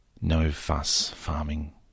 no-fuss-farming